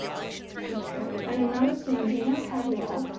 okay and another thing, in our catalogue